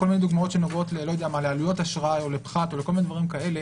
שנוגעות לעלויות אשראי או לפחת או לכל מיני דברים כאלה,